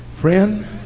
friend